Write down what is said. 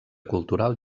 cultural